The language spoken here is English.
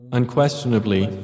unquestionably